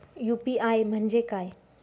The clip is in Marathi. यू.पी.आय म्हणजे काय?